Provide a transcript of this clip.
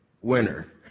winner